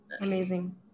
amazing